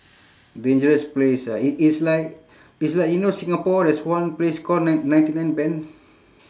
dangerous place uh it~ it's like it's like you know singapore there's one place call nine~ ninety nine bend